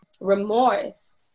remorse